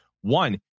one